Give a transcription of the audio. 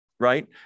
right